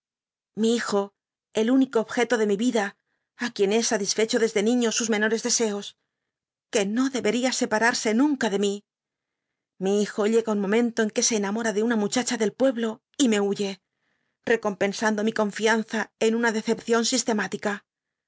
mi hijo el único objeto de mi vida á quien be satisfecho desde niño sus menores deseos que no debia separa se nunca de mí mi hijo llega un momento en que se enamora de una muchacha del pueblo y me huye recompen ando mi confianza con una decepcion sistematica